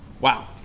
Wow